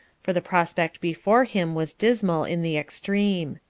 for the prospect before him was dismal in the extreme.